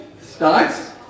starts